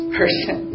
person